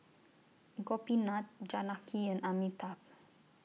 Gopinath Janaki and Amitabh